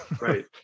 Right